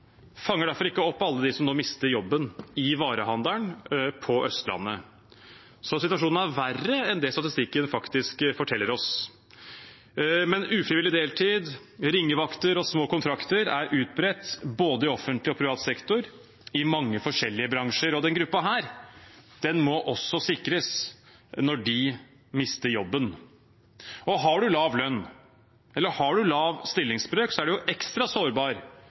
fanger derfor ikke opp alle dem som nå mister jobben i varehandelen på Østlandet, så situasjonen er faktisk verre enn det statistikken forteller oss. Ufrivillig deltid, ringevakter og små kontrakter er utbredt i både offentlig og privat sektor og i mange forskjellige bransjer, og denne gruppen må også sikres når de mister jobben. Har man lav lønn eller lav stillingsbrøk, er man ekstra sårbar